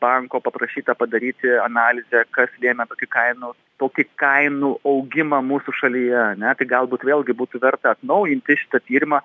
banko paprašyta padaryti analizę kas lėmė tokį kainų tokį kainų augimą mūsų šalyje ane tai galbūt vėlgi būtų verta atnaujinti šitą tyrimą